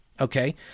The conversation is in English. okay